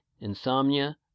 insomnia